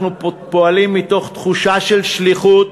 אנחנו פועלים מתוך תחושה של שליחות